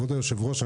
כבוד היושב-ראש,